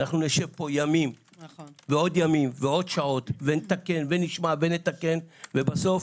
אנחנו נשב פה ימים ושעות ונשמע ונתקן ובסוף